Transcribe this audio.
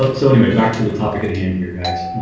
like so anyway back to the topic at hand here guys,